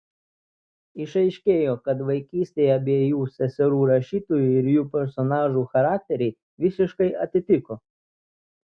išaiškėjo kad vaikystėje abiejų seserų rašytojų ir jų personažų charakteriai visiškai atitiko